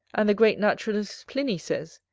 and the great naturalist pliny says,